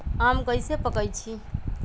आम कईसे पकईछी?